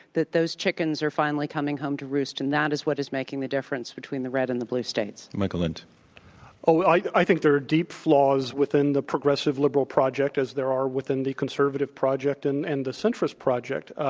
that those chickens are finally coming home to roost, and that is what is making the difference between the red and the blue states? michael lind. well i think there are deep flaws within the progressive liberal project as there are within the conservative project and and the centrist project,